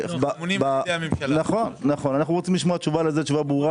אנחנו רוצים לשמוע תשובה ברורה.